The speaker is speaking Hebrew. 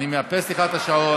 אני מאפס לך את השעון.